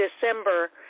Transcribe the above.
December